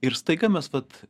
ir staiga mes vat